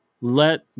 Let